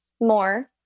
more